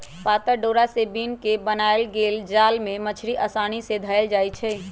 पातर डोरा से बिन क बनाएल गेल जाल से मछड़ी असानी से धएल जाइ छै